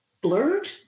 blurred